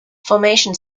formation